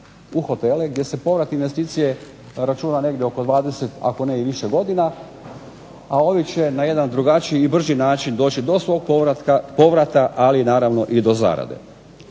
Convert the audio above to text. u hotele gdje se povrat investicije računa negdje oko 20 ako ne i više godina, a ovi će na jedan i brži način doći do svog povrata ali naravno i do zarade.